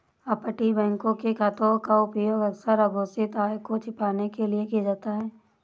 अपतटीय बैंकों के खातों का उपयोग अक्सर अघोषित आय को छिपाने के लिए किया जाता था